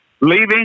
leaving